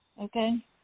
Okay